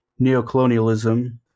neocolonialism